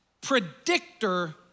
predictor